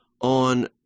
On